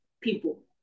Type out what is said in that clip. people